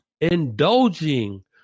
Indulging